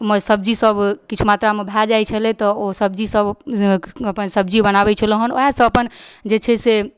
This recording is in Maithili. सब्जी सब किछु मात्रामे भए जाइ छलै तऽ ओ सब्जी सब अपन सब्जी बनाबै छलहुँ हन वएह सब अपन जे छै से